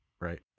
Right